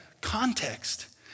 context